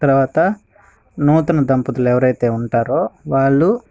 తర్వాత నూతన దంపతులు ఎవరు అయితే ఉంటారో వాళ్ళు